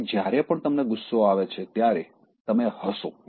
માટે જ્યારે પણ તમને ગુસ્સો આવે છે ત્યારે તમે હસો